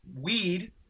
weed